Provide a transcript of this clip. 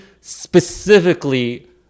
specifically